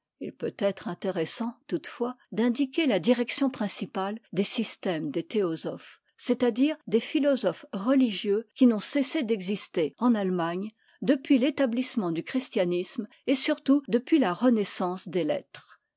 i peut être intéressant toutefois d'indiquer la direction principale des systèmes des théosophes c'est-à-dire des philosophes religieux qui n'ont cessé d'exister en allemagne depuis l'établissement du christianisme et surtout depuis la renaissance des lettres